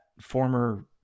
former